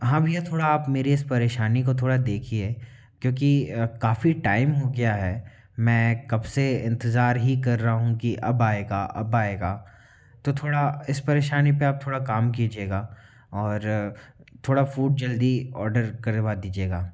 हाँ भैया थोड़ा आप मेरी इस परेशानी को थोड़ा देखिए क्योंकि काफ़ी टाइम हो गया है मैं कब से इंतज़ार ही कर रहा हूँ कि अब आएगा अब आएगा तो थोड़ा इस परेशानी पर थोड़ा काम कीजिएगा और थोड़ा फ़ूड जल्दी ऑर्डर करवा दीजिएगा